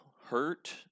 hurt